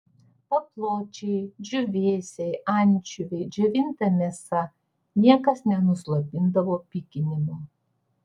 papločiai džiūvėsiai ančiuviai džiovinta mėsa niekas nenuslopindavo pykinimo